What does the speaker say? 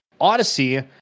odyssey